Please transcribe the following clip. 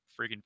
freaking